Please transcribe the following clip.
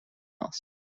else